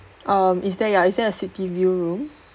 um is there ya is there a city view room